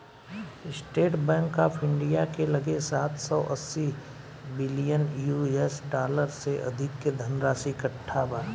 estate Bank of India के लगे सात सौ अस्सी बिलियन यू.एस डॉलर से अधिक के धनराशि इकट्ठा बा